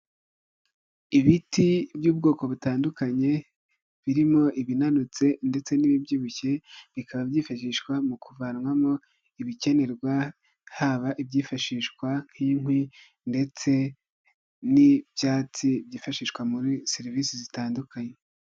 Ibiti by'ubwoko butandukanye birimo ibinanutse ndetse n'ibibyibushye bikaba byifashishwa mu kuvanwamo ibikenerwa haba ibyifashishwa nk'inkwi ndetse n'ibyatsi byifashishwa muri serivisi zitandukanye.